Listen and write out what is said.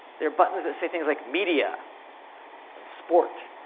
there are buttons that say things like media and sport,